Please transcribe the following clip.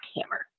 hammer